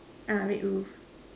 ah red roof